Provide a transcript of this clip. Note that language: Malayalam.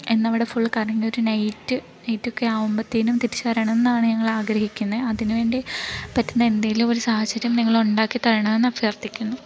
ഇന്ന് അവിടെ ഫുൾ കറങ്ങി ഒരു നൈറ്റ് നൈറ്റോക്കെ ആവുമ്പോഴ്ത്തേനും തിരിച്ച് വരണം എന്നാണ് ഞങ്ങൾ ആഗ്രഹിക്കുന്നത് അതിന് വേണ്ടി പറ്റുന്ന എന്തേലും ഒരു സാഹചര്യം നിങ്ങൾ ഉണ്ടാക്കി തരണമെന്ന് അഭ്യർത്ഥിക്കുന്നു